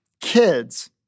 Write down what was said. kids